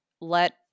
let